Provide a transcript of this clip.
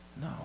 no